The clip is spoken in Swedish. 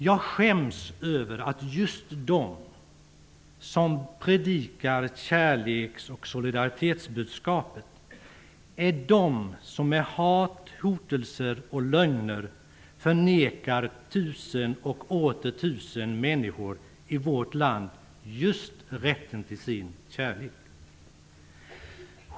Jag skäms över att just de som predikar kärleks och solidaritetsbudskapet är de som med hat, hotelser och lögner förnekar tusen och åter tusen människor i vårt land rätten till sin kärlek.